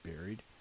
buried